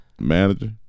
Manager